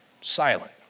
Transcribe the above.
silent